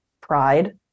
pride